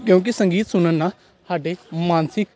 ਕਿਉਂਕਿ ਸੰਗੀਤ ਸੁਣਨ ਨਾਲ ਸਾਡੇ ਮਾਨਸਿਕ